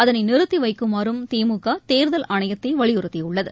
அதனைநிறுத்திவைக்குமாறும் திமுகதேர்தல் ஆணையத்தைவலியுறுத்தியுள்ளது